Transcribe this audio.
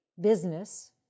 business